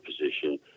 position